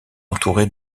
entouré